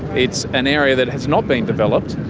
it's an area that has not been developed.